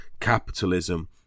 capitalism